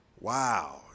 wow